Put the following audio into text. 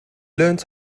learned